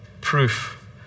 proof